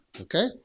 Okay